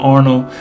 Arnold